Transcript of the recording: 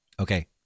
Okay